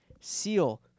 Seal